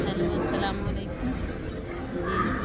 hello السلام علیکم جی